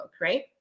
Right